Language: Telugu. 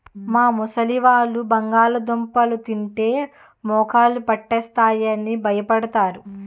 మా ముసలివాళ్ళు బంగాళదుంప తింటే మోకాళ్ళు పట్టేస్తాయి అని భయపడతారు